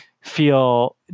feel